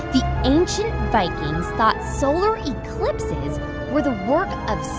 the ancient vikings thought solar eclipses were the work of